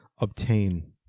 obtain